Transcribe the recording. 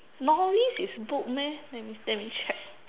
novice is book meh let me let me check